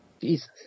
Jesus